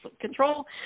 control